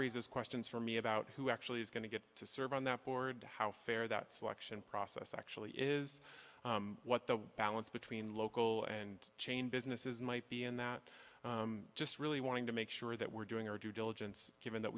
raises questions for me about who actually is going to get to serve on that board how fair that selection process actually is what the balance between local and chain businesses might be and that just really wanting to make sure that we're doing our due diligence given that